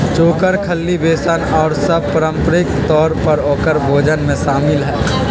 चोकर, खल्ली, बेसन और सब पारम्परिक तौर पर औकर भोजन में शामिल हई